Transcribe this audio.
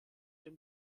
dem